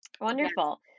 wonderful